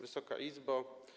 Wysoka Izbo!